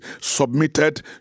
submitted